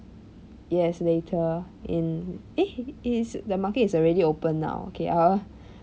yes later in eh it is the market is already open now okay I will